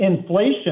inflation